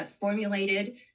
formulated